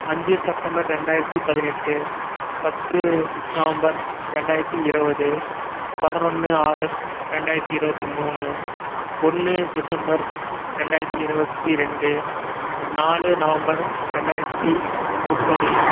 அஞ்சு செப்டம்பர் ரெண்டாயிரத்தி பதினெட்டு பத்து நவம்பர் ரெண்டாயிரத்தி இருபது பதினொன்று ஆகஸ்ட் ரெண்டாயிரத்தி இருபத்தி மூணு ஒன்று டிசம்பர் ரெண்டாயிரத்தி இருபத்தி ரெண்டு நாலு நவம்பர் ரெண்டாயிரத்தி முப்பது